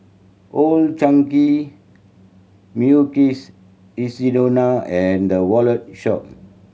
Old Chang Kee Mukshidonna and The Wallet Shop